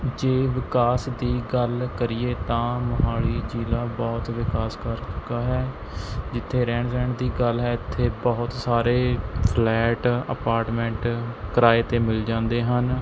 ਜੇ ਵਿਕਾਸ ਦੀ ਗੱਲ ਕਰੀਏ ਤਾਂ ਮੋਹਾਲੀ ਜ਼ਿਲ੍ਹਾ ਬਹੁਤ ਵਿਕਾਸ ਕਰ ਚੁੱਕਾ ਹੈ ਜਿੱਥੇ ਰਹਿਣ ਸਹਿਣ ਦੀ ਗੱਲ ਹੈ ਇੱਥੇ ਬਹੁਤ ਸਾਰੇ ਫਲੈਟ ਅਪਾਰਟਮੈਂਟ ਕਿਰਾਏ 'ਤੇ ਮਿਲ ਜਾਂਦੇ ਹਨ